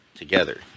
together